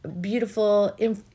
beautiful